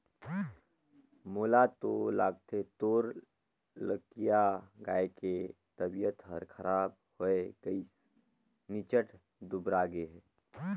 मोला तो लगथे तोर लखिया गाय के तबियत हर खराब होये गइसे निच्च्ट दुबरागे हे